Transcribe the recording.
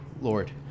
Lord